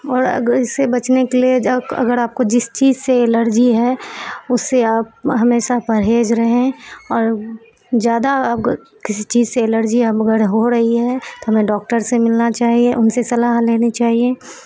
اور اگر اس سے بچنے کے لیے اگر آپ کو جس چیز سے الرجی ہے اس سے آپ ہمیشہ پرہیز رہیں اور زیادہ کسی چیز سے الرجی اب اگر ہو رہی ہے تو ہمیں ڈاکٹر سے ملنا چاہیے ان سے صلاح لینی چاہیے